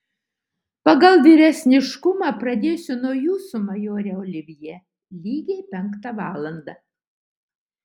pagal vyresniškumą pradėsiu nuo jūsų majore olivjė lygiai penktą valandą